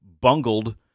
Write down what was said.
bungled